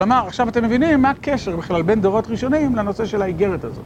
כלומר, עכשיו אתם מבינים מה הקשר בכלל בין דורות ראשונים לנושא של האיגרת הזאת.